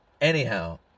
Anyhow